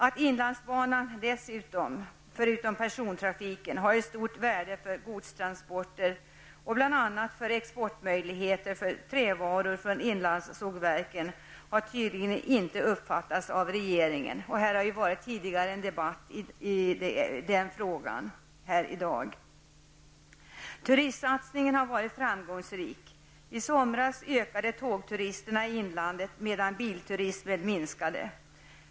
Att inlandsbanan förutom persontrafiken har ett stort värde för godstransporter och bl.a. exportmöjligheter för trävaror från inlandssågverken har tydligen inte uppfattats av regeringen. Det har ju här i dag tidigare varit en debatt i den frågan. Turistsatsningen har varit framgångsrik. I somras ökade antalet tågturister i inlandet, medan bilturismen minskade.